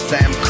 Sam